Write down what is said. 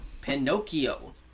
Pinocchio